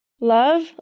Love